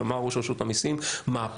שאמר ראש רשות המיסים מהפכה.